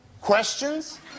questions